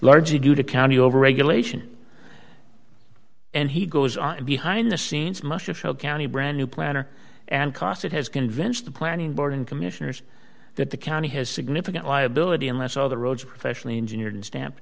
largely due to county over regulation and he goes on behind the scenes must show county brand new planner and cos it has convinced the planning board and commissioners that the county has significant liability unless all the roads professionally engineered stamp